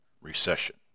recession